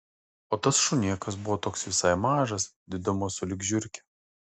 o tas šunėkas buvo toks visai mažas didumo sulig žiurke